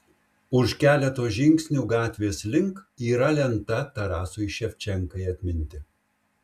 už keleto žingsnių gatvės link yra lenta tarasui ševčenkai atminti